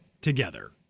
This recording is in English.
together